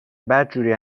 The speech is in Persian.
بدجوری